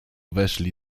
weszli